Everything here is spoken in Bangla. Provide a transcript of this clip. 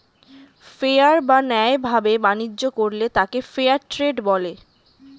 ফেয়ার বা ন্যায় ভাবে বাণিজ্য করলে তাকে ফেয়ার ট্রেড বলে